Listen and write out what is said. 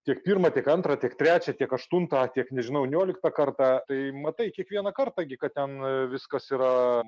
tiek pirmą tiek antrą tiek trečią tiek aštuntą tiek nežinau nioliktą kartą tai matai kiekvieną kartą gi kad ten viskas yra